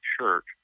church